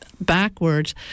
backwards